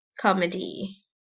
comedy